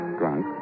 drunk